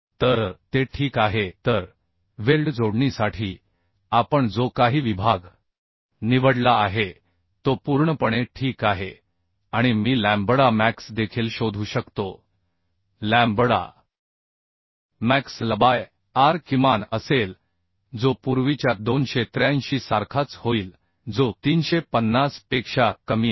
तर ते ठीक आहे तर वेल्ड जोडणीसाठी आपण जो काही विभाग निवडला आहे तो पूर्णपणे ठीक आहे आणि मी लॅम्बडा मॅक्स देखील शोधू शकतो लॅम्बडा मॅक्स Lबाय R किमान असेल जो पूर्वीच्या 283 सारखाच होईल जो 350 पेक्षा कमी आहे